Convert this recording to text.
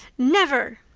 never!